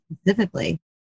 specifically